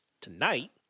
Tonight